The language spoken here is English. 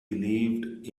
believed